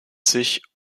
sich